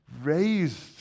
Raised